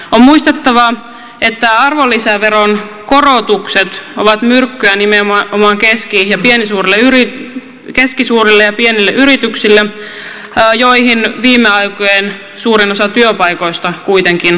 on muistettava että arvonlisäveron korotukset ovat myrkkyä nimenomaan keskisuurille ja pienille yrityksille joihin suurin osa viime aikojen työpaikoista kuitenkin on syntynyt